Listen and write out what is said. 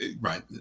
right